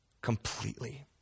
completely